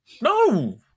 No